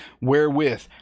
wherewith